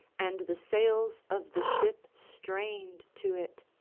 and the sails of the ship strained to it.